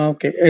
Okay